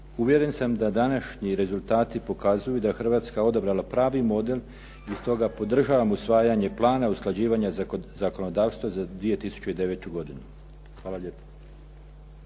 Uvjeren sam da današnji rezultati pokazuju da je Hrvatska odabrala pravi model i stog podržavam usvajanje plana usklađivanja zakonodavstva za 2009. godinu. Hvala lijepo.